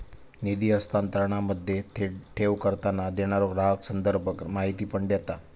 निधी हस्तांतरणामध्ये, थेट ठेव करताना, देणारो ग्राहक संदर्भ माहिती पण देता